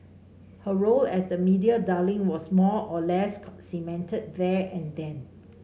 her role as the media darling was more or less cemented there and then